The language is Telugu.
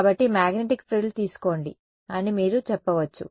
కాబట్టి మాగ్నెటిక్ ఫ్రిల్ తీసుకోండి అని మీరు చెప్పవచ్చు